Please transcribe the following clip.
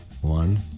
One